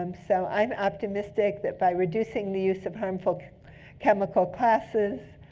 um so i'm optimistic that by reducing the use of harmful chemical classes,